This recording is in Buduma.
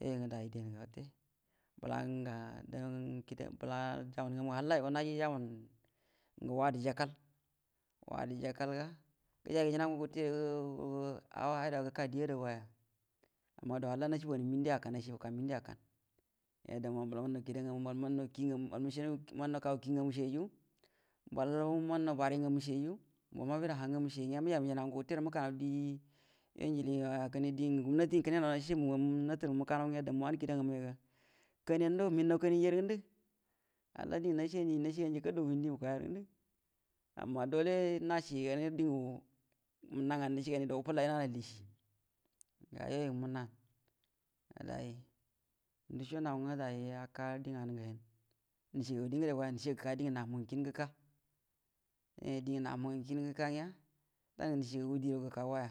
yuo yu ngə day dien ga wate, bəlangə dan kida, jaban ngamu halla yugo naji jaban ngə wadə jakal, wadə jakal ga, gəjay gəjanə ngu gəte guəro, a’awa hayda guəro gəka die ada goya, amma dou halla naciebuganie mənti akan yuo damma mbal mannaw kida ngamu mbal mannau kaguə kie ngamu cieyyayu mballau mannau barə ngamu cieyay mbal mabi naw ha ngamu cieya ngəa məjay məjdna ngu gəte guəro məcəa məkanaw die yu njilie yuo ya, kəne gumnati ngwə kəne ngə nau nacie jogamu ga natəal mu məka nau ngəa, kida ngamu ya kanie‘an guəro mhen naw kanieanja rə ngəndu, halla diengu wukuya rə ngəndu, amma dole cie ji ganay rə, mənna nganu ngwə ngə nəcie ganie dou wu fəllay nay alay decie ngwə day nduco nau ngwə day ga aka die nganu ngwə həayin, nəcəagu dəgəde guoy nəcəa na muhn dəngagu ga kingə gəka, diengə na muhu kien gəka ngəa dan ngə nəciə gagu die guəro gəka goya.